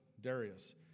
Darius